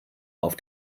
auf